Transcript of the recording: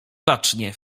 bacznie